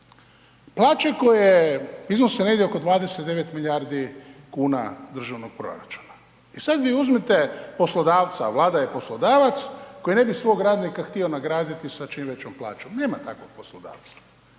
plaće koje iznose negdje oko 29 milijardi kuna državnog proračuna. E sad vi uzmite poslodavca, a Vlada je poslodavac koji ne bi svog radnika htio nagraditi sa čim većom plaćom, nema takvog poslodavca.